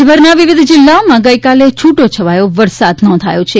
રાજ્યભરના વિવિધ જિલ્લાઓમાં ગઈકાલે છૂટો છવાયો વરસાદ થયો છે